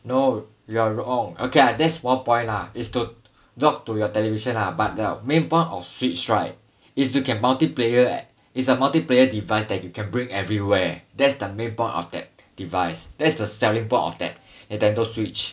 no you are wrong okay ah that's one point lah is to talk to your television lah but the main point of switch right is you can multiplayer and is a multiplayer device that you can bring everywhere that's the main point of that device that's the selling point of that a Nintendo switch